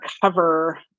cover